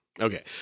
Okay